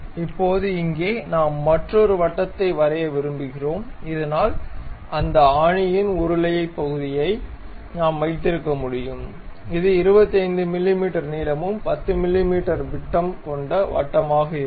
இப்போது இங்கே நாம் மற்றொரு வட்டத்தை வரைய விரும்புகிறோம் இதனால் அந்த ஆணியின் உருளையான பகுதியை நாம் வைத்திருக்க முடியும் இது 25 மிமீ நீளமும் 10 மிமீ விட்டம் கொண்ட வட்டமாக இருக்கும்